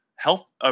Health